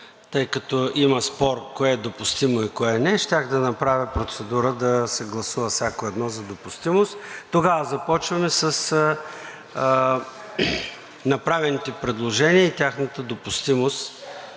Тъй като има спор кое е допустимо и кое не, щях да направя процедура да се гласува всяко едно за допустимост. Започваме с направените предложения и тяхната допустимост